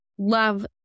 love